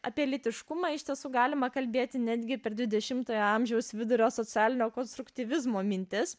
apie lytiškumą iš tiesų galima kalbėti netgi per dvidešimtojo amžiaus vidurio socialinio konstruktyvizmo mintis